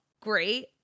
great